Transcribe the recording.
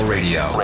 Radio